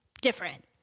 different